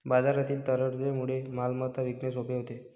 बाजारातील तरलतेमुळे मालमत्ता विकणे सोपे होते